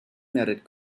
netted